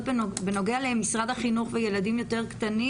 בנוגע למשרד החינוך וילדים יותר קטנים.